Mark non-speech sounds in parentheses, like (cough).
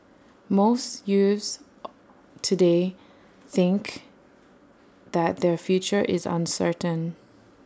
most youths (noise) today think that their future is uncertain